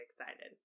excited